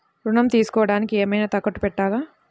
ఋణం తీసుకొనుటానికి ఏమైనా తాకట్టు పెట్టాలా?